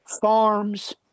farms